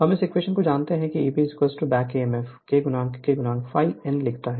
हम इस इक्वेशन को जानते हैं कि Eb back Emf K K ∅ n लिखता है